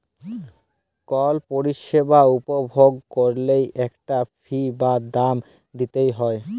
call পরিছেবা উপভগ ক্যইরলে ইকটা ফি বা দাম দিইতে হ্যয়